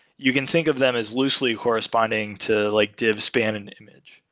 you can think of them as loosely corresponding to like div, span and image.